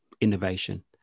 innovation